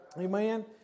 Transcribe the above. amen